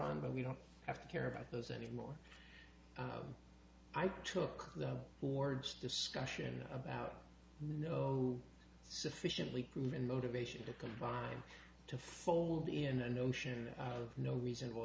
hon but we don't have to care about those anymore i took the lords discussion about no sufficiently proven motivation to combine to fold in the notion of no reasonable